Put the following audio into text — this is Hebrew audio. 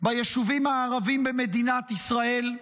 ביישובים הערביים במדינת ישראל.